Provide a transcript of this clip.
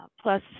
Plus